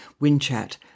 winchat